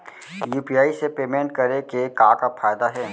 UPI से payment करे के का का फायदा हे?